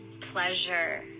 pleasure